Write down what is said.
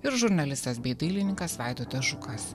ir žurnalistas bei dailininkas vaidotas žukas